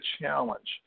challenge